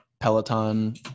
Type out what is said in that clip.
Peloton